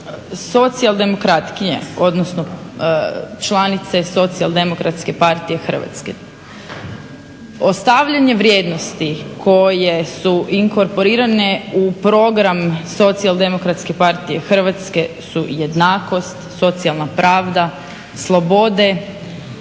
socijaldemokratkinje, odnosno članice Socijaldemokratske partije Hrvatske ostavljanje vrijednosti koje su inkorporirane u program Socijaldemokratske partije Hrvatske su jednakost, socijalna pravda, slobode